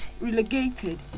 relegated